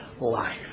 life